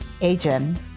agent